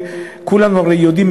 וכולם הרי יודעים,